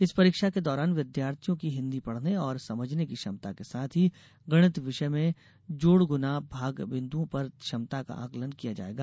इस परीक्षा के दौरान विद्यार्थियों की हिन्दी पढ़ने और समझने की क्षमता के साथ ही गणित विषय में जोड़ गुना भाग बिन्दुओं पर क्षमता का आंकलन किया जायेगा